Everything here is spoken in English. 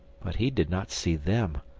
but he did not see them,